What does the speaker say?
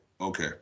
Okay